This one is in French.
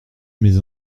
mes